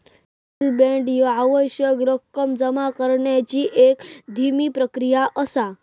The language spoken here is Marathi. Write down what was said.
म्युनिसिपल बॉण्ड्स ह्या आवश्यक रक्कम जमा करण्याची एक धीमी प्रक्रिया असा